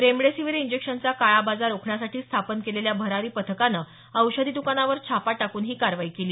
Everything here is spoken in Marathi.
रेमडेसीवीर इंजेक्शनचा काळाबाजार रोखण्यासाठी स्थापन केलेल्या भरारी पथकानं औषधी दकानावर छापा टाकून ही कारवाई केली